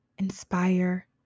inspire